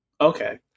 Okay